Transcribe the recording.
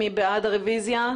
מי בעד הרוויזיה?